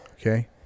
Okay